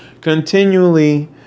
continually